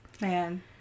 Man